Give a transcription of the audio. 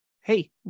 hey